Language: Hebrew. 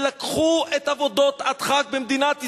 לקחו את עבודות הדחק במדינת ישראל.